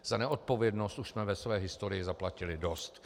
Za neodpovědnost jsme už ve své historii zaplatili dost.